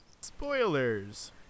spoilers